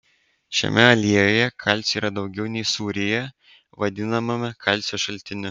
šiame aliejuje kalcio yra daugiau nei sūryje vadinamame kalcio šaltiniu